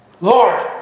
Lord